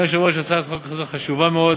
אדוני היושב-ראש, הצעת החוק הזאת חשובה מאוד.